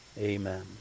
Amen